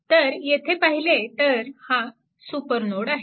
तर येथे पाहिले तर हा सुपरनोड आहे